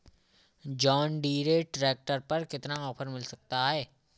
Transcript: John Deere tractor पर कितना offer मिल सकता है?